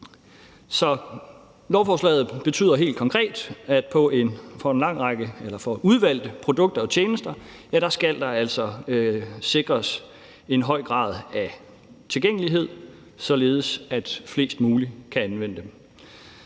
Lovforslaget betyder helt konkret, at for udvalgte produkter og tjenester skal der altså sikres en høj grad af tilgængelighed, således at flest muligt kan anvende dem.